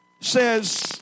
says